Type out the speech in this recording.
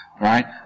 right